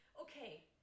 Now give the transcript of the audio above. Okay